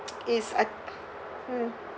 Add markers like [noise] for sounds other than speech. [noise] it's I hmm